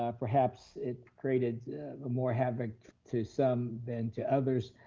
ah perhaps it created more havoc to some than to others,